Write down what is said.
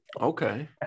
Okay